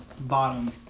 bottom